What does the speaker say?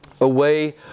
away